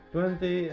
Twenty